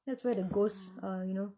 that's where the ghost uh you know